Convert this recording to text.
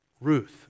Ruth